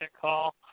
call